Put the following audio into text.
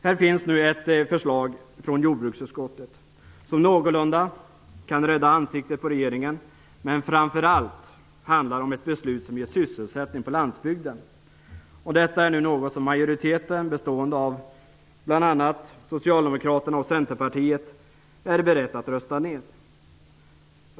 Här finns nu ett förslag från jordbruksutskottet som någorlunda kan rädda ansiktet på regeringen. Framför allt handlar det dock om ett belut som ger sysselsättning på landsbygden. Detta är något som majoriteten, bestående av bl.a. Socialdemokraterna och Centerpartiet, nu är beredd att rösta ned.